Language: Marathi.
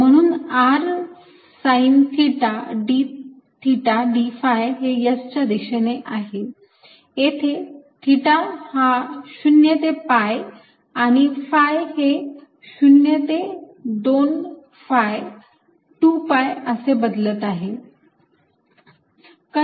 म्हणून r sine theta d theta d phi हे S च्या दिशेने आहे येथे थिटा हा 0 ते pi आणि phi हे 0 ते 2 phi 2 pi असे बदलत आहे